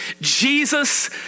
Jesus